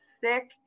sick